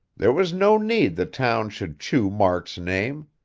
there was no need the town should chew mark's name.